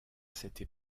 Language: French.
cette